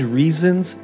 reasons